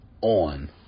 on